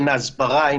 הן ההסברה,